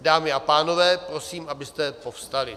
Dámy a pánové, prosím, abyste povstali.